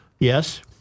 Yes